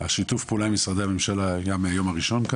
שיתוף הפעולה עם משרדי הממשלה התרחש פה מהיום הראשון.